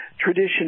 tradition